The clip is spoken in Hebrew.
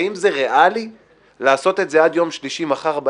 האם זה ריאלי לעשות אז עד מחר בערב?